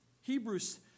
Hebrews